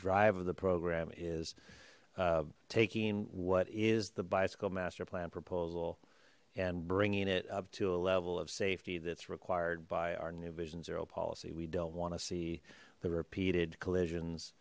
drive of the program is taking what is the bicycle master plan proposal and bringing it up to a level of safety that's required by our new vision zero policy we don't want to see the repeated